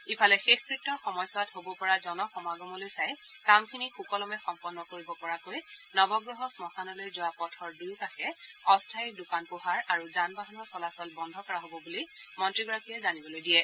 ইফালে শেষকৃত্যৰ সময়ছোৱাত হ'ব পৰা জনসমাগমলৈ চাই কামখিনি সুকলমে সম্পন্ন কৰিব পৰাকৈ নৱগ্ৰহ শ্মশানলৈ যোৱা পথৰ দূয়োকাষে অস্থায়ী দোকান পোহাৰ আৰু যান বাহনৰ চলাচল বন্ধ কৰা হ'ব বুলি মন্ত্ৰীগৰাকীয়ে জানিবলৈ দিয়ে